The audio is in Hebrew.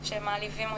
שהם מעליבים אותי,